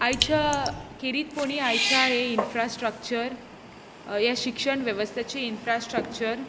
आयच्या खेरीतपणी आयच्या हे इन्फ्रास्ट्रक्चर हें शिक्षण वेवस्थाचें इन्फ्रास्ट्रक्चर